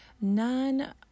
none